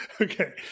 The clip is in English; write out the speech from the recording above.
Okay